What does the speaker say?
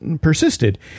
persisted